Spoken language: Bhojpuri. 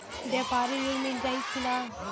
व्यापारी ऋण मिल जाई कि ना?